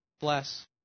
Bless